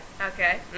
Okay